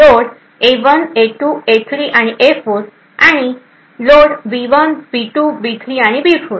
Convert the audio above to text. load A 1 A 2 A 3 आणि A 4 आणि load B 1 B 2 B 3 आणि बी 4